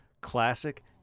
classic